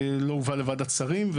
לא הובא לוועדת שרים.